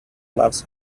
loves